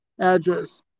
address